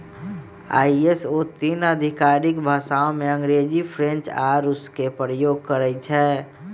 ISO तीन आधिकारिक भाषामें अंग्रेजी, फ्रेंच आऽ रूसी के प्रयोग करइ छै